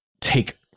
take